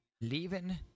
leaving